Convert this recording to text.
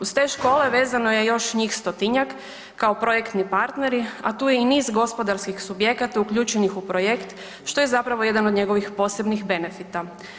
Uz te škole vezano je još njih stotinjak kao projektni partneri, a tu je i niz gospodarskih subjekata uključenih u projekt što je zapravo jedan od njegovih posebnih benefita.